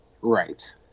Right